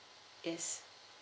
yes